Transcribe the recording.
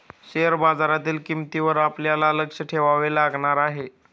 share बाजारातील किंमतींवर आपल्याला लक्ष ठेवावे लागणार आहे